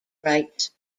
rights